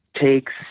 takes